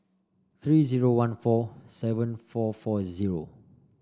three zero one four seven four four zero